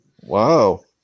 Wow